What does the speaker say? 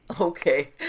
Okay